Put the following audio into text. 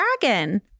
dragon